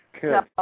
Good